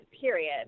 period